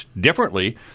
differently